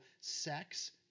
sex